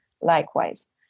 likewise